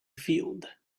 field